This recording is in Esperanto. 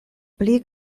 pli